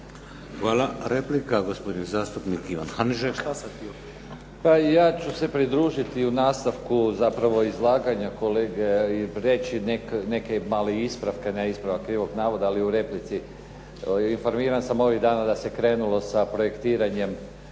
Hvala. Replika gospodin zastupnik Ivan Hanžek. **Hanžek, Ivan (SDP)** Pa ju će pridružiti u nastavku zapravo izlaganja kolege i reći neke male ispravke. Ne ispravak krivog navoda ali u replici. Informiran sam ovih dana da se krenulo sa projektiranjem